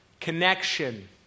connection